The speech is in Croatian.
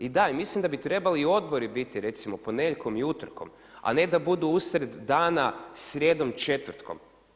I da mislim da bi trebali i odbori recimo ponedjeljkom i utorkom, a ne da budu usred dana srijedom, četvrtkom.